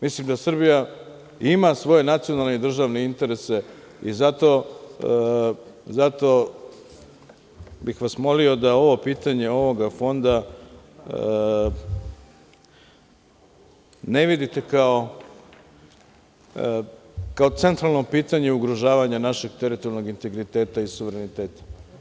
Mislim da Srbija ima svoje nacionalne i državne interese i zato bih vas molio da ovo pitanje, ovoga fonda ne vidite kao centralno pitanje ugrožavanja našeg teritorijalnog integriteta i suvereniteta.